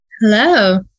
Hello